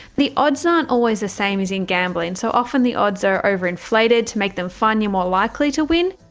the odds aren't always the same as in gambling. so often the odds are over-inflated to make them fun, you're more likely to win.